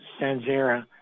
sanzera